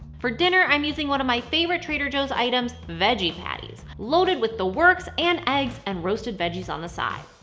for dinner i'm using one of my favorite trader joe's items veggie patties! loaded with the works and eggs, and roasted veggies on the side.